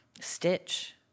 Stitch